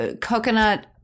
Coconut